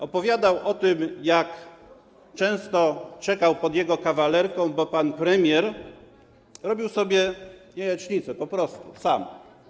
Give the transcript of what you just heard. Opowiadał o tym, jak często czekał pod jego kawalerką, bo pan premier robił sobie jajecznicę - po prostu, sam.